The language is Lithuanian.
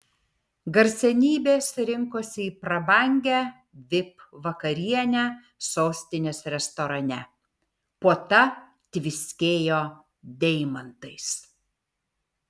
garsenybės rinkosi į prabangią vip vakarienę sostinės restorane puota tviskėjo deimantais